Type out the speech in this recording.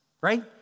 right